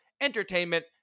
entertainment